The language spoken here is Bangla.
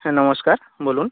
হ্যাঁ নমস্কার বলুন